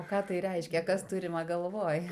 o ką tai reiškia kas turima galvoj